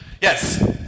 Yes